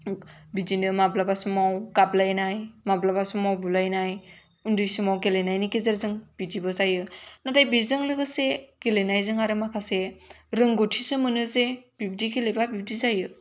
बिदिनो माब्ला समाव गाबलायनाय उन्दै समाव गेलेनायनि गेजेरजों बिदिबो जायो नाथाय बेजों लोगोसे गेलेनायजों आरो माखासे रोंगौथिसो मोनो जे बिब्दि गेलेबा बिब्दि जायो